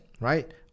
right